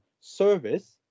service